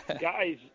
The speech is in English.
guys